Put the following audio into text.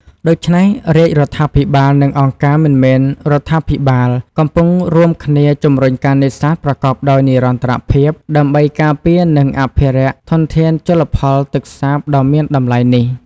ដូច្នេះ រាជរដ្ឋាភិបាលនិងអង្គការមិនមែនរដ្ឋាភិបាលកំពុងរួមគ្នាជំរុញការនេសាទប្រកបដោយនិរន្តរភាព ដើម្បីការពារ និងអភិរក្សធនធានជលផលទឹកសាបដ៏មានតម្លៃនេះ។